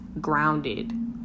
grounded